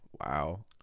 Wow